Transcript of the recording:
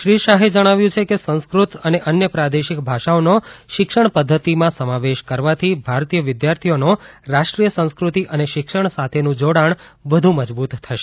શ્રી શાહે જણાવ્યું છે કે સંસ્કૃત અને અન્ય પ્રાદેશિક ભાષાઓનો શિક્ષણ પદ્ધતિમાં સમાવેશ કરવાથી ભારતીય વિદ્યાર્થીઓનો રાષ્ટ્રીય સંસ્કૃતિ અને શિક્ષણ સાથેનું જોડાણ વધુ મજબૂત થશે